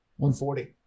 140